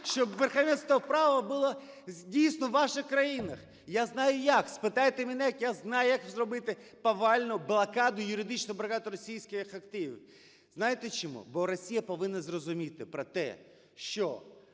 щоб верховенство права було здійснено в ваших країнах. Я знаю, як, спитайте мене, я знаю, як зробити повальну блокаду, юридичну блокаду російських активів. Знаєте, чому? Бо Росія повинна зрозуміти про те, що